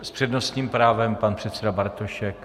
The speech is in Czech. S přednostním právem pan předseda Bartošek.